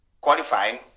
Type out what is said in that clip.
qualifying